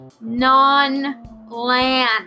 Non-land